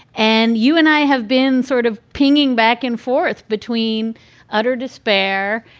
and you and i have been sort of pinging back and forth between utter despair.